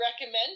recommend